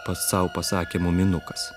pats sau pasakė muminukas